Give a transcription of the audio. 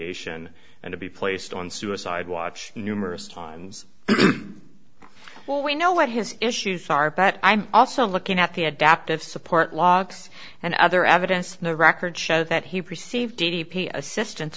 on and to be placed on suicide watch numerous times well we know what his issues are but i'm also looking at the adaptive support logs and other evidence in the record show that he perceived d d p assistance